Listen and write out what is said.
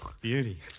Beauty